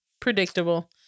Predictable